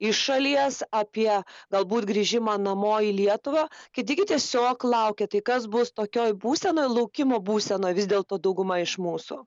iš šalies apie galbūt grįžimą namo į lietuvą kiti gi tiesiog laukia tai kas bus tokioj būsenoj laukimo būsenoj vis dėlto dauguma iš mūsų